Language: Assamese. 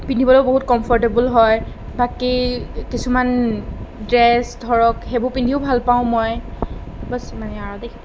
পিন্ধিবলৈ বহুত কমফৰ্টেবোল হয় বাকী কিছুমান ড্ৰেছ ধৰক সেইবোৰ পিন্ধিও ভাল পাওঁ মই বছ ইমানেই আৰু দেই